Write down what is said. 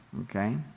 okay